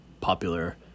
popular